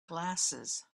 glasses